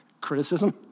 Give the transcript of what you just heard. Criticism